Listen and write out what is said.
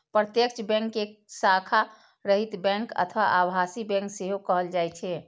प्रत्यक्ष बैंक कें शाखा रहित बैंक अथवा आभासी बैंक सेहो कहल जाइ छै